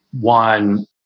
One